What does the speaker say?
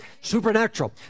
Supernatural